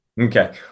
Okay